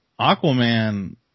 Aquaman